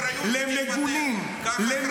קח אחריות ותתפטר אל תטיף לנו, קח אחריות ותתפטר.